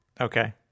Okay